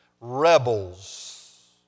rebels